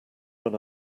when